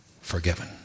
forgiven